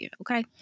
Okay